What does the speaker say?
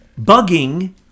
bugging